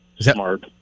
Smart